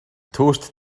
toast